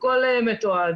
הכול מתועד.